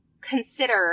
consider